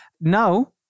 Now